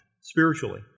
spiritually